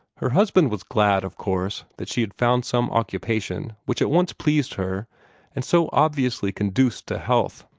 her husband was glad, of course, that she had found some occupation which at once pleased her and so obviously conduced to health.